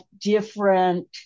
different